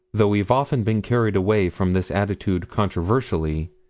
though we've often been carried away from this attitude controversially,